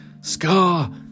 Scar